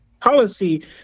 Policy